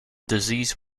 disease